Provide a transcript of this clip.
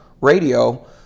radio